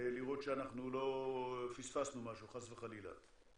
לראות שאנחנו לא פספסנו משהו חס וחלילה.